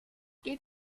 geht